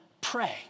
pray